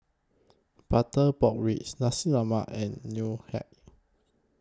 Butter Pork Ribs Nasi Lemak and Ngoh Hiang